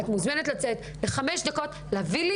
את מוזמנת לצאת לחמש דקות ולהביא לי